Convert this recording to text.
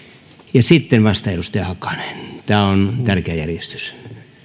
ja sitten vasta edustaja hakanen tämä on tärkeä järjestys